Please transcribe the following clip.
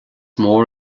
mór